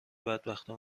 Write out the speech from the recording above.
بدبختو